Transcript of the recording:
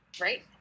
right